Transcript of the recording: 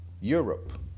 europe